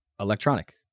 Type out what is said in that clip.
Electronic